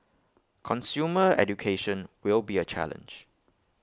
consumer education will be A challenge